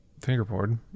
fingerboard